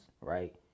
right